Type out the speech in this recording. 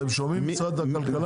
--- אתה שומעים קצת במשרד הכלכלה?